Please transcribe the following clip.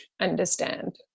understand